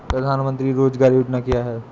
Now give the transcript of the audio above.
प्रधानमंत्री रोज़गार योजना क्या है?